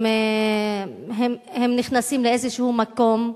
הם נכנסים לאיזשהו מקום,